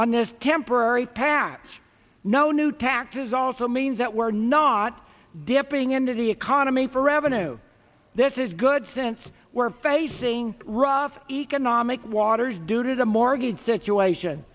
on this temporary patch no new taxes also means that we're not dipping into the economy for revenue this is good since we're facing rough economic waters due to the mortgage situation